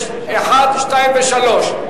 יש 1, 2, ו-3.